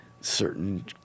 certain